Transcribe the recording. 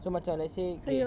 so macam let's say okay